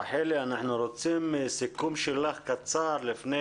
רחלי אנחנו רוצים סיכום שלך קצר לפני